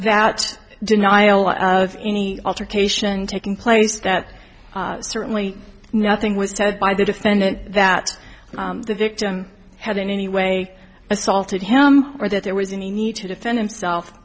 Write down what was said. that denial of any altercation taking place that certainly nothing was ted by the defendant that the victim had in any way assaulted him or that there was any need to defend himself